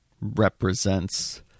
represents